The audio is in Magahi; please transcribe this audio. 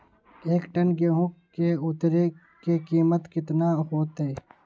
एक टन गेंहू के उतरे के कीमत कितना होतई?